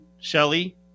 Shelly